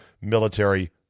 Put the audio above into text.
military